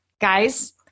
guys